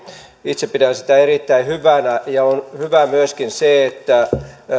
itse pidän sitä erittäin hyvänä ja on hyvä myöskin se että